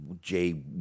Jay